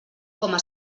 coma